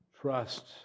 trust